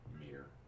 mirror